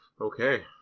Okay